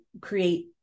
create